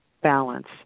balance